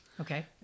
Okay